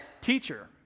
teacher